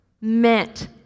meant